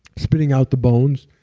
spitting out the bones.